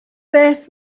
beth